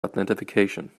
authentication